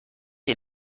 ihr